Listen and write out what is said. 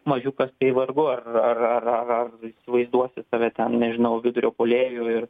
mažiukas tai vargu ar ar ar ar įsivaizduosiu save ten nežinau vidurio puolėju